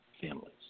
families